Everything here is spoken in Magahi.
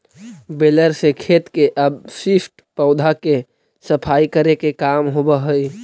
बेलर से खेत के अवशिष्ट पौधा के सफाई करे के काम होवऽ हई